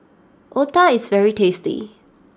Otah is very tasty